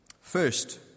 First